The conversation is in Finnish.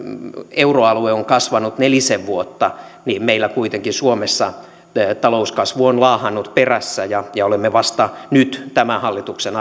euroalue on kasvanut nelisen vuotta niin meillä kuitenkin suomessa talouskasvu on laahannut perässä ja ja olemme vasta nyt tämän hallituksen